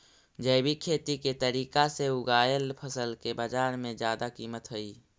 जैविक खेती के तरीका से उगाएल फसल के बाजार में जादा कीमत हई